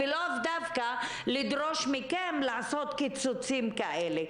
אבל הוא לא היה צריך לדרוש מכם לעשות קיצוצים כאלה.